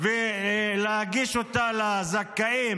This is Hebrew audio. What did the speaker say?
ולהגיש אותן לזכאים?